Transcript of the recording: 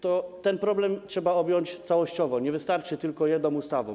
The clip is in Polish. Ten problem trzeba objąć całościowo, nie wystarczy tu tylko jedna ustawa.